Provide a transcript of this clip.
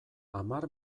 hamar